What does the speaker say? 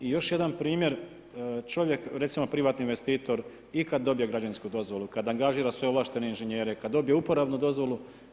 I još jedan primjer, čovjek, recimo privatni investitor i kad dobije građevinsku dozvolu, kad angažira sve ovlaštene inženjere, kad dobije uporabnu dozvolu.